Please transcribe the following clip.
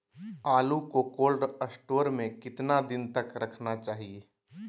आलू को cold store में कितना दिन तक रखना चाहिए?